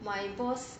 my boss